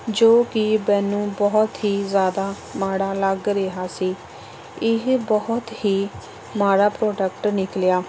ਜੋ ਕਿ ਮੈਨੂੰ ਬਹੁਤ ਹੀ ਜ਼ਿਆਦਾ ਮਾੜਾ ਲੱਗ ਰਿਹਾ ਸੀ ਇਹ ਬਹੁਤ ਹੀ ਮਾੜਾ ਪ੍ਰੋਡਕਟ ਨਿਕਲਿਆ